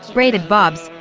braided bobs,